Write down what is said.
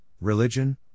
religion